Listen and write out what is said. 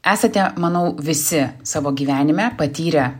esate manau visi savo gyvenime patyrę